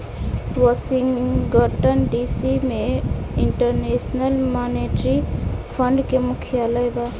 Washington DC में International Monetary Fund के मुख्यालय बा